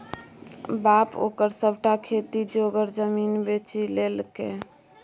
बाप ओकर सभटा खेती जोगर जमीन बेचि लेलकै